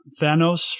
Thanos